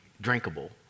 drinkable